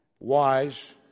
wise